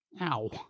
ow